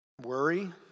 Worry